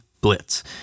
blitz